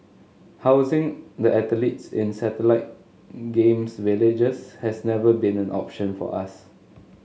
housing the athletes in satellite Games Villages has never been an option for us